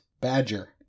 Badger